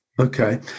Okay